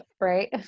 right